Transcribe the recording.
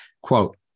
quote